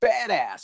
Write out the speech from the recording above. badass